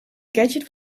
gadget